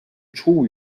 czuł